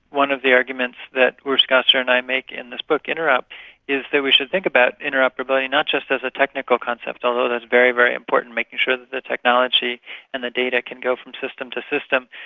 one of the arguments that urs gasser and i make in this book interop is that we should think about interoperability not just as a technical concept, although that's very, very important, making sure that the technology and the data can go from system to system,